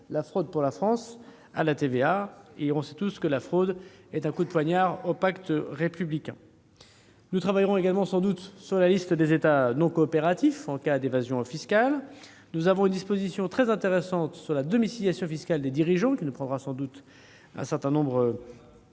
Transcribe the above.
la TVA pour la France. Nous savons tous que la fraude est un coup de poignard au pacte républicain. Nous travaillerons sur la liste des États non coopératifs en cas d'évasion fiscale. Nous proposerons une disposition très intéressante sur la domiciliation fiscale des dirigeants, qui entraînera sans doute un certain nombre de